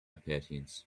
patience